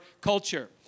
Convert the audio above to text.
culture